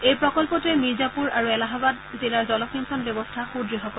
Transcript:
এই প্ৰকল্পটোৱে মিৰ্জাপুৰ আৰু এলাহাবাদ জিলাৰ জলসিঞ্চন ব্যৱস্থা সুদ্ঢ় কৰিব